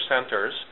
centers